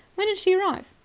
when did she arrive?